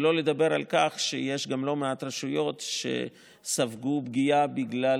שלא לדבר על כך שיש גם לא מעט רשויות שספגו פגיעה בגלל